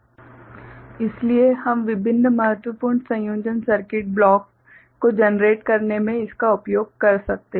𝑌𝑌3 ∑12357 𝑌𝑌2 ∑0347 𝑌𝑌1 ∑02467 𝑌𝑌0 ∑0256 इसलिए हम विभिन्न महत्वपूर्ण संयोजन सर्किट ब्लॉक को जनरेट करने में इसका उपयोग कर सकते हैं